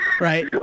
Right